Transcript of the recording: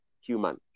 human